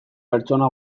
pertsona